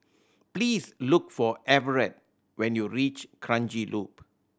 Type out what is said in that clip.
please look for Everette when you reach Kranji Loop